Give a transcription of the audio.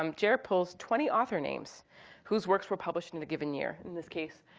um jer pulls twenty author names whose works were published in in a given year, in this case,